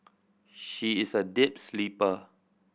she is a deep sleeper